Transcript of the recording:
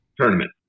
tournament